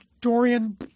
Dorian